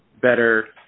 better